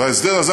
וההסדר הזה,